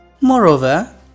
Moreover